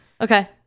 Okay